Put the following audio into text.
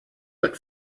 but